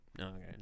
Okay